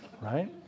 Right